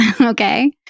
okay